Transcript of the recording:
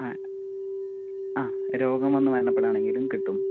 ആ ആ രോഗം വന്ന് മരണപ്പെടുകയാണെങ്കിലും കിട്ടും